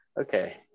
okay